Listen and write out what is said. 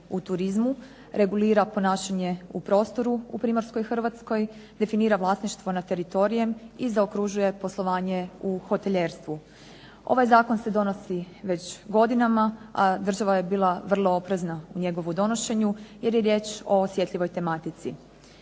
u turizmu, regulira ponašanje u prostoru u primorskoj Hrvatskoj, definira vlasništvo nad teritorijem i zaokružuje poslovanje u hotelijerstvu. Ovaj Zakon se donosi godinama, a država je bila vrlo oprezna u njegovom donošenje jer je riječ o osjetljivoj tematici.